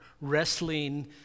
wrestling